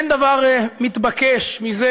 אין דבר מתבקש מזה,